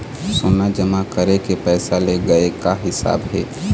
सोना जमा करके पैसा ले गए का हिसाब हे?